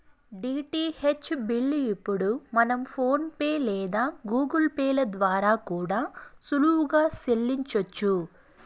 DTH bill ఇప్పుడు మనం PhonePe లేదా గూగుల్ పే ల ద్వారా కూడా సులువుగా సెల్లించొచ్చు